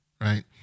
right